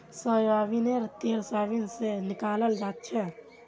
सोयाबीनेर तेल सोयाबीन स निकलाल जाछेक